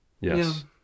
Yes